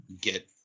get